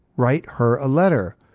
write her a letter!